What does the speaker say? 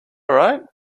right